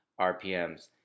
RPMs